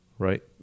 right